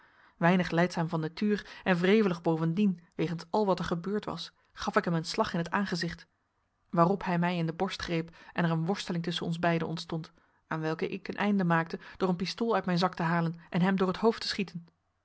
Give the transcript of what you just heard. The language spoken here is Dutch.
weinig lijdzaam van natuur en wrevelig bovendien wegens al wat er gebeurd was gaf ik hem een slag in t aangezicht waarop hij mij in de borst greep en er een worsteling tusschen ons beiden ontstond aan welke ik een einde maakte door een pistool uit mijn zak te halen en hem door t hoofd te schieten